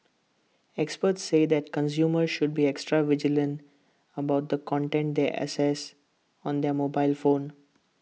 experts say that consumers should be extra vigilant about the content they access on their mobile phone